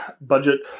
budget